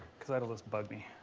because that always bugs me.